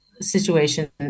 situation